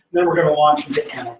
then we're gonna launch into